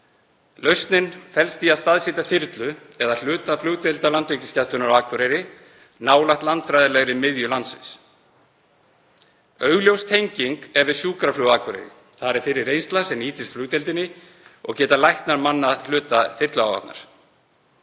Lausnin felst í að staðsetja þyrlu eða hluta flugdeildar Landhelgisgæslunnar á Akureyri, nálægt landfræðilegri miðju landsins. Augljós tenging er við sjúkraflug á Akureyri. Þar er fyrir reynsla sem nýtist flugdeildinni og geta læknar mannað hluta þyrluáhafnar.